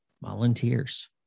volunteers